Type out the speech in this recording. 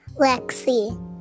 Lexi